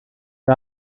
wir